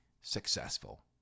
successful